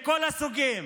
מכל הסוגים,